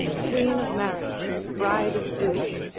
queen of marriage, bride of zeus,